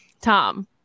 Tom